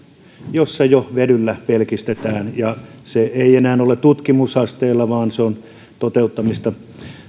jossa jo vedyllä pelkistetään ja se ei enää ole tutkimusasteella vaan se on toteuttamista